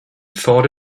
thought